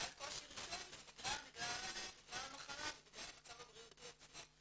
על קושי ראשון שנגרם בגלל המחלה ובגלל המצב הבריאותי עצמו.